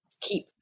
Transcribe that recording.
keep